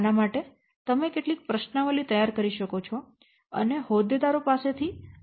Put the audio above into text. આના માટે તમે કેટલીક પ્રશ્નાવલિ તૈયાર કરી શકો છો અને હોદ્દેદારો પાસેથી માહિતી એકત્રિત કરી શકો છો